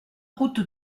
route